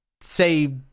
say